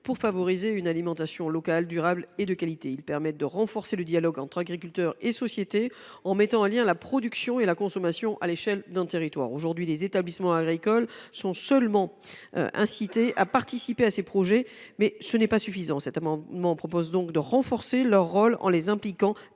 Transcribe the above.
pour favoriser une alimentation locale, durable et de qualité. Ils permettent de renforcer le dialogue entre les agriculteurs et la société, de mettre en lien les producteurs et les consommateurs à l’échelle d’un territoire. À l’heure actuelle, les établissements agricoles sont seulement incités à participer à ces projets ; ce n’est pas suffisant. Nous proposons de renforcer leur rôle en les impliquant